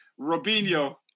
Robinho